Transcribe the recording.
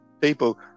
people